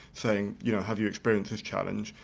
saying you know have you experienced this challenge,